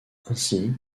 ainsi